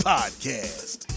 Podcast